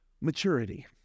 Maturity